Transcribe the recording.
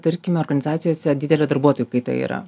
tarkim organizacijose didelė darbuotojų kaita yra